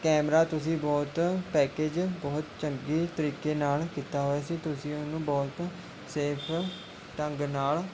camera ਤੁਸੀਂ ਬਹੁਤ package ਬਹੁਤ ਚੰਗੇ ਤਰੀਕੇ ਨਾਲ਼ ਕੀਤਾ ਹੋਇਆ ਸੀ ਤੁਸੀਂ ਉਹਨੂੰ ਬਹੁਤ ਸੇਫ ਢੰਗ ਨਾਲ਼